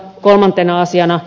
kolmantena asiana